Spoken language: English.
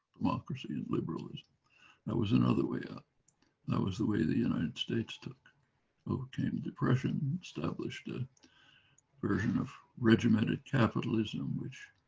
democracy and liberalism that was another way out that was the way the united states took overcame depression established a version of regimented capitalism which